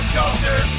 culture